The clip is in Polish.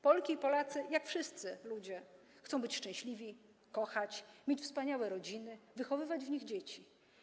Polki i Polacy, jak wszyscy ludzie, chcą być szczęśliwi, kochać, mieć wspaniałe rodziny, wychowywać w nich dzieci.